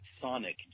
sonic